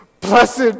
Blessed